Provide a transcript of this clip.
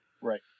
Right